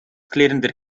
klirrender